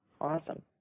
Awesome